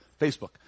Facebook